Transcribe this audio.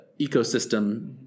ecosystem